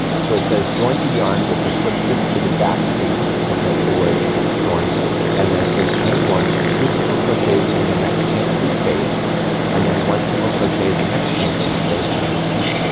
so it says join the yarn with the slip stitch to the back seam, okay so where it's being joined and then it says chain one, two single crochets in the next chain three space and then one single crochet in the next chain three space and a repeat.